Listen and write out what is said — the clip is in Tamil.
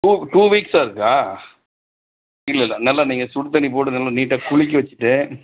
டூ டூ வீக்ஸாக இருக்கா இல்லை இல்லை நல்லா நீங்கள் சுடு தண்ணி போட்டு நல்ல நீட்டாக குளிக்க வைச்சுட்டு